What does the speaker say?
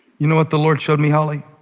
you know what the lord showed me? ah like